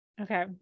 Okay